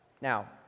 Now